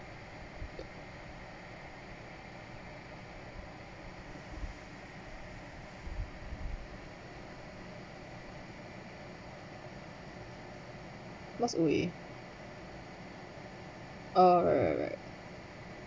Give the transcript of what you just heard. lost away err right right